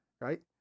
Right